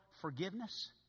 forgiveness